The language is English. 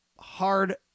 hard